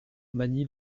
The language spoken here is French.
magny